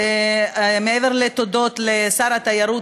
מעבר לתודות לשר התיירות,